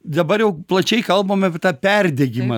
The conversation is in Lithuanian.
dabar jau plačiai kalbama apie tą perdegimą